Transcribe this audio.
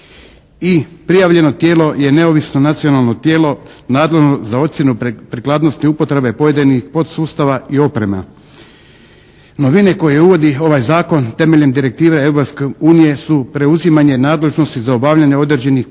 I prijavljeno tijelo je neovisno nacionalno tijelo nadležno za ocjenu prikladnosti upotrebe pojedinih podsustava i oprema. Novine koje uvodi ovaj zakon temeljem Direktive Europske unije su preuzimanje nadležnost za obavljanje određenih poslova